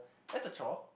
that's a chore